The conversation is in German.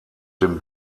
dem